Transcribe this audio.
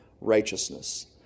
righteousness